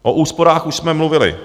O úsporách už jsme mluvili.